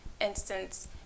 instance